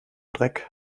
dreck